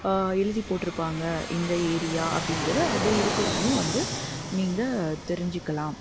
எழுதி போட்டிருப்பாங்க இந்த ஏரியா அப்படின்றத அதை இருக்கிறதையும் வந்து நீங்கள் தெரிஞ்சுக்கலாம்